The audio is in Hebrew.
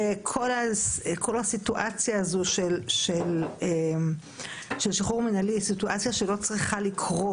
כל הסיטואציה הזו של שחרור מנהלי היא סיטואציה שלא צריכה לקרות.